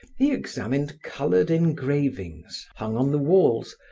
he examined colored engravings, hung on the walls,